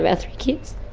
ah three kids.